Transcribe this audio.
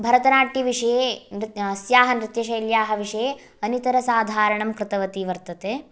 भरतनाट्यविषये अस्याः नृत्यशैल्याः विषये अनितरसाधारणं कृतवती वर्तते